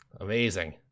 Amazing